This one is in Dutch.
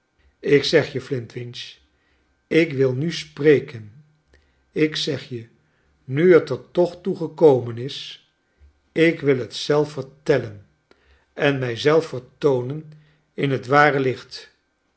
ik zeg je flintwinch ik wil mi spreken ik zeg e nu het er toch toe gekomen is ik wil het zelf vertellen en mij zelf vertoonen in het ware licht